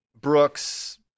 Brooks